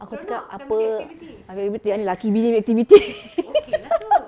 aku cakap apa family activity kan lelaki bini activity